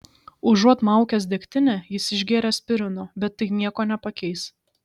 užuot maukęs degtinę jis išgėrė aspirino bet tai nieko nepakeis